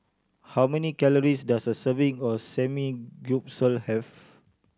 how many calories does a serving of Samgyeopsal have